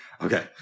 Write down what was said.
Okay